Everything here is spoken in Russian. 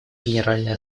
генеральной